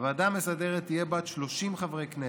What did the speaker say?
הוועדה המסדרת תהיה בת 30 חברי כנסת,